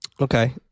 Okay